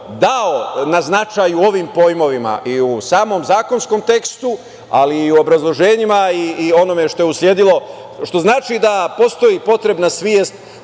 dao na značaju ovim pojmovima i u samom zakonskom tekstu, ali i u obrazloženjima i onome što je usledilo, što znači da postoji potrebna svest